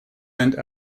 and